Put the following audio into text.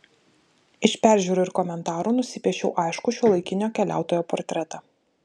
iš peržiūrų ir komentarų nusipiešiau aiškų šiuolaikinio keliautojo portretą